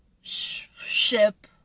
ship